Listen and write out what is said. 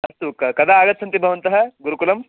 अस्तु क कदा आगच्छन्ति भवन्तः गुरुकुलम्